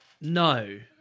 No